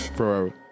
Forever